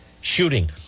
shooting